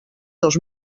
dos